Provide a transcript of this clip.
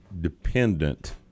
dependent